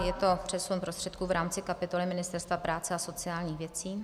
Je to přesun prostředků v rámci kapitoly Ministerstva práce a sociálních věcí.